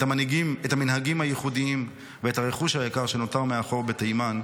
את המנהגים הייחודיים ואת הרכוש היקר שנותר מאחור בתימן,